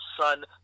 son